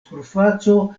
surfaco